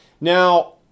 Now